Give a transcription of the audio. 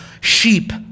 sheep